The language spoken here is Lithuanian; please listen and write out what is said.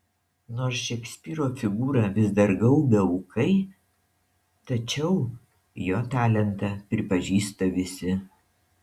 nors šekspyro figūrą vis dar gaubia ūkai tačiau jo talentą pripažįsta visi